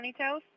ponytails